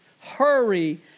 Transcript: Hurry